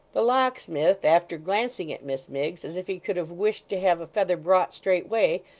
the locksmith, after glancing at miss miggs as if he could have wished to have a feather brought straightway,